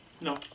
No